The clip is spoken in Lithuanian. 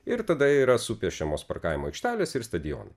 ir tada yra supiešiamos parkavimo aikštelės ir stadionai